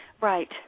Right